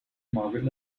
margaret